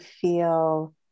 feel